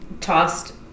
tossed